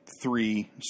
three